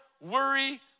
worry